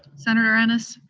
senator ennis?